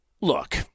Look